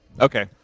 Okay